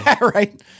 Right